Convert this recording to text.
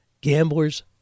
gambler's